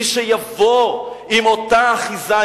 מי שיבוא עם אותה אחיזה,